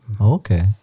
Okay